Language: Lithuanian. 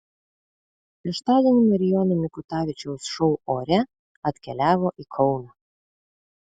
šeštadienį marijono mikutavičiaus šou ore atkeliavo į kauną